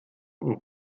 und